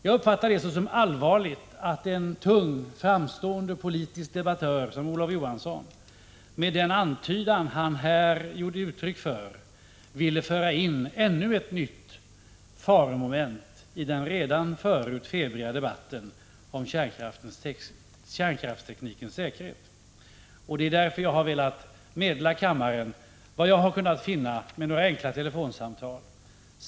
Jag uppfattar det såsom allvarligt att en tung, framstående politisk debattör som Olof Johansson, med den antydan han här gjorde, ville föra in ännu ett nytt faromoment i den redan förut febriga debatten om kärnkraftsteknikens säkerhet. Det är därför som jag har velat meddela kammaren vad jag genom några enkla telefonsamtal har kunnat finna.